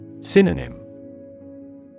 Synonym